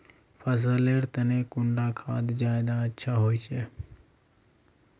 फसल लेर तने कुंडा खाद ज्यादा अच्छा होचे?